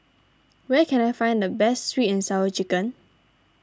where can I find the best Sweet and Sour Chicken